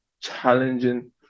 challenging